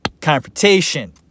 Confrontation